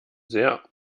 sehr